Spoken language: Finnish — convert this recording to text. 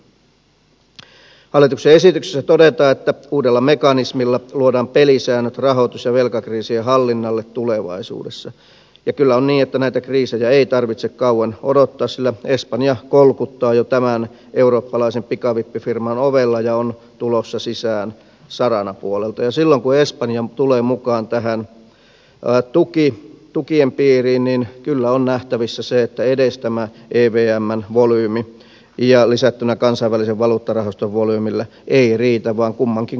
hallituksen esityksessä todetaan että uudella mekanismilla luodaan pelisäännöt rahoitus ja velkakriisien hallinnalle tulevaisuudessa ja kyllä on niin että näitä kriisejä ei tarvitse kauan odottaa sillä espanja kolkuttaa jo tämän eurooppalaisen pikavippifirman ovella ja on tulossa sisään saranapuolelta ja silloin kun espanja tulee mukaan tähän tukien piiriin niin kyllä on nähtävissä se että edes tämä evmn volyymi lisättynä kansainvälisen valuuttarahaston volyymillä ei riitä vaan kummankin kassa kuivuu